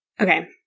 Okay